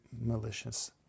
malicious